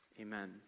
Amen